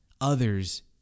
others